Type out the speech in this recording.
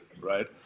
right